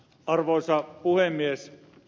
arvoisa puhemies